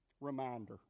Reminder